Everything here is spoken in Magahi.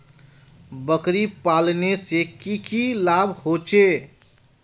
बकरी पालने से की की लाभ होचे?